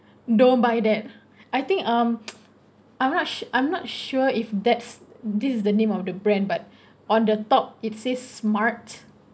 don't buy that I think um I'm not su~ I'm not sure if that's this is the name of the brand but on the top it says smart